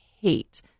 hate